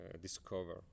discover